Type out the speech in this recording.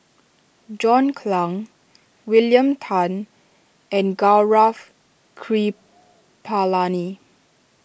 John Clang William Tan and Gaurav Kripalani